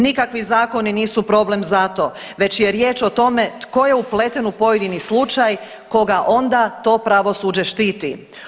Nikakvi zakoni nisu problem za to već je riječ o tomu tko je upleten u pojedini slučaj koga onda to pravosuđe štiti.